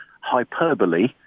hyperbole